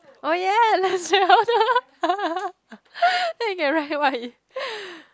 oh ya let's then he can write what he